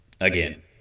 Again